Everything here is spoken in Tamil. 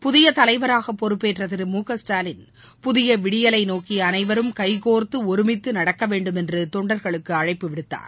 புதிய தலைவராக பொறுப்பேற்ற திரு முகஸ்டாலின் புதிய விடியலை நோக்கி அனைவரும் கைகோர்த்து ஒருமித்து நடக்க வேண்டும் என்று தொண்டர்களுக்கு அழைப்பு விடுத்தார்